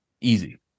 Easy